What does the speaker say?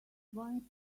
going